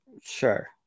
Sure